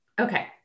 Okay